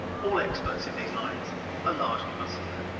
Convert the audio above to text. all experts in these lines are largely muscular.